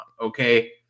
okay